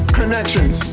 connections